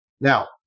Now